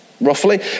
roughly